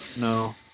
No